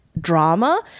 drama